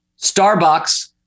Starbucks